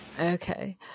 okay